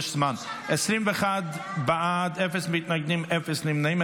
21 בעד, אפס מתנגדים, אפס נמנעים.